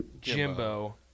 Jimbo